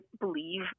believe